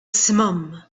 simum